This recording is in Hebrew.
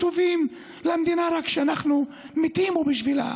השוויון והנעורים, ואני לא מתבייש בזה.